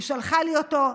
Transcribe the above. היא שלחה לי אותו.